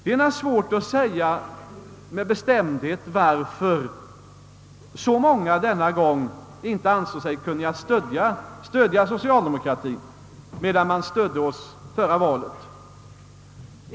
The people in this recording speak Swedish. Det är svårt att med bestämdhet avgöra vad som är anledningen till att så många denna gång inte ansåg sig kunna rösta för socialdemokratien medan de stödde oss förra valet.